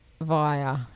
via